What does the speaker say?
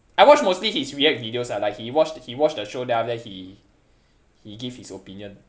I watch mostly his react videos ah like he watch he watch a show then after that he he give his opinion